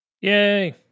Yay